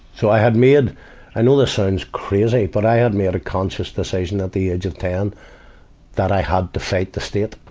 so i had made i know this sounds crazy but i had made a conscious decision at the age of ten that i had to fight the state.